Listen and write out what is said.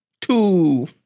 two